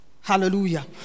Hallelujah